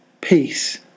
peace